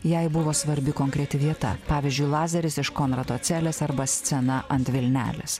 jai buvo svarbi konkreti vieta pavyzdžiui lazeris iš konrado celės arba scena ant vilnelės